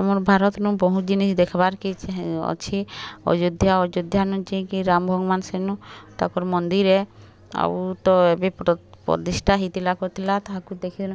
ଆମର୍ ଭାରତ୍ନୁ ବହୁତ୍ ଜିନିଷ୍ ଦେଖ୍ବାର୍ କେ ଅଛି ଅଯୋଧ୍ୟା ଅଯୋଧ୍ୟାନୁ ଯାଇକି ରାମ୍ ଭଗବାନ୍ ସେନୁ ତାପରେ ମନ୍ଦିର୍ ହେ ଆଉ ତ ଏବେ ପ୍ରତିଷ୍ଠା ହେଇଥିଲା କରିଥିଲା ତାହାକୁ ଦେଖିର୍